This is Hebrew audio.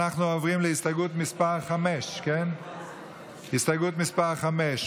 אנחנו עוברים להסתייגות מס' 5. הסתייגות מס' 5,